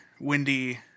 windy